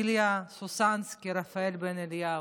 איליה סוסנסקי ורפאל בן אליהו.